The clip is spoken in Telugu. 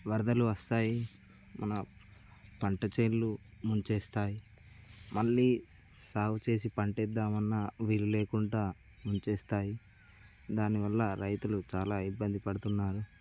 వరదలు వస్తాయి మన పంటచేన్లు ముంచేస్తాయి మళ్ళీ సాగు చేసి పంట వేద్దాము అన్నా వీళ్ళు లేకుండా ముంచేస్తాయి దానివల్ల రైతులు చాలా ఇబ్బంది పడుతున్నారు